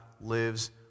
lives